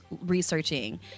researching